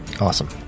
Awesome